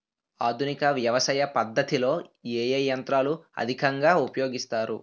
ఆధునిక వ్యవసయ పద్ధతిలో ఏ ఏ యంత్రాలు అధికంగా ఉపయోగిస్తారు?